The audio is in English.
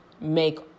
make